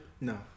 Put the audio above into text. No